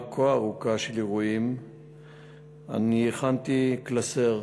כה ארוכה של אירועים אני הכנתי קלסר,